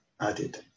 added